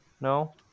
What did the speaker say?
No